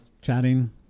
chatting